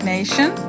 Nation